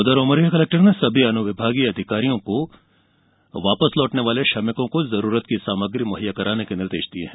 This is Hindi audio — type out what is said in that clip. उधर उमरिया कलेक्टर ने सभी अनुविभागीय अधिकारियों को वापस लौटने वाले श्रमिकों को जरूरत की सामग्री मुहैया कराने के निर्देश दिये हैं